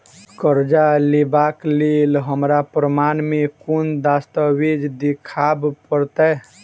करजा लेबाक लेल हमरा प्रमाण मेँ कोन दस्तावेज देखाबऽ पड़तै?